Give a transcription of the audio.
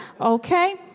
Okay